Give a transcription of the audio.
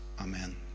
Amen